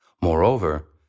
Moreover